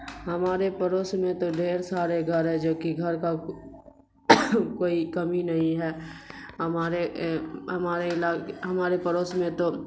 ہمارے پڑوس میں تو ڈھیر سارے گھر ہے جو کہ گھر کا کوئی کمی نہیں ہے ہمارے ہمارے ہمارے پڑوس میں تو